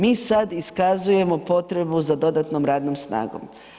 Mi sad iskazujemo potrebu za dodatnom radnom snagom.